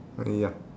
ya